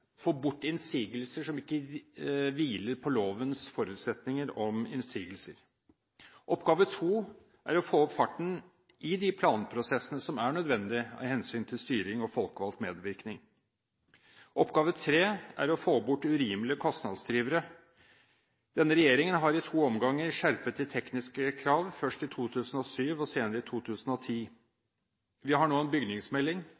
få bort innsigelser som ikke hviler på lovens forutsetninger om innsigelser. Oppgave to er å få opp farten i de planprosessene som er nødvendige av hensyn til styring og folkevalgt medvirkning. Oppgave tre er å få bort urimelige kostnadsdrivere. Denne regjeringen har i to omganger skjerpet de tekniske krav, først i 2007 og senere i